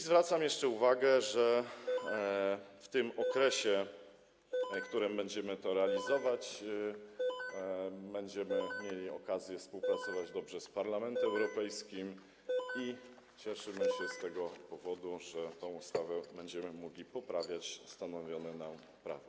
Zwracam jeszcze uwagę, że w okresie, w którym będziemy to realizować, będziemy mieli okazję dobrze współpracować z Parlamentem Europejskim i cieszymy się z tego powodu, że tą ustawą będziemy mogli poprawiać stanowione prawo.